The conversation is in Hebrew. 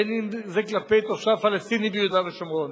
בין אם זה כלפי תושב פלסטיני ביהודה ושומרון,